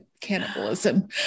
cannibalism